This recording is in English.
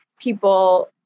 people